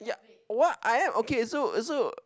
yup what I am okay so so